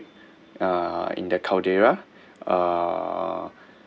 uh in the caldera uh